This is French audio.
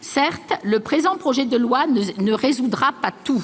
Certes, le présent projet de loi ne résoudra pas tout.